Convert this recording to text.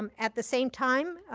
um at the same time,